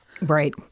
Right